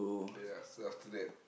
yeah after after that